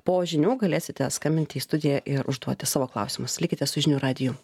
po žinių galėsite skambinti į studiją ir užduoti savo klausimus likite su žinių radiju